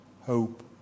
hope